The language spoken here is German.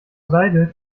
seidel